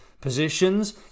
positions